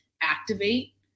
activate